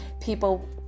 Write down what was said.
people